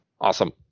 Awesome